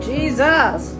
Jesus